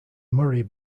murray